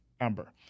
Amber